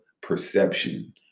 perception